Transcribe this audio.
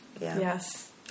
yes